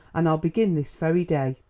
and i'll begin this very day,